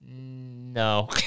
no